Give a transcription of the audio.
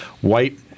white